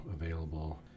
available